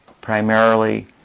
primarily